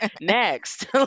next